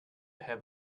have